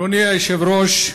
אדוני היושב-ראש,